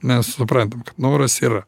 mes suprantam kad n oras yra